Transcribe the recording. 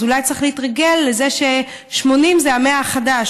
אז אולי צריך להתרגל לזה ש-80 זה ה-100 החדש,